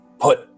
put